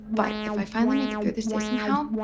but if i finally make it through this day somehow,